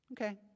Okay